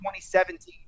2017